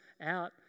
out